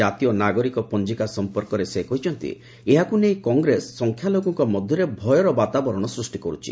ଜାତୀୟ ନାଗରିକ ପଞ୍ଜିକା ସମ୍ପର୍କରେ ସେ କହିଛନ୍ତି ଯେ ଏହାକୁ ନେଇ କଂଗ୍ରେସ ସଂଖ୍ୟାଲଘୁଙ୍କ ମଧ୍ୟରେ ଭୟର ବାତାବରଣ ସୃଷ୍ଟି କରୁଛି